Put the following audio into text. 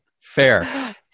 fair